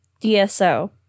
dso